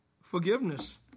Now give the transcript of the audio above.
forgiveness